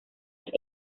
las